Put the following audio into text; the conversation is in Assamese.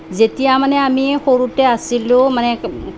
যেতিয়া মানে আমি সৰুতে আছিলোঁ মানে